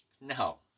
No